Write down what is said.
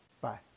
Bye